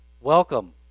Welcome